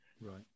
Right